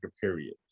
period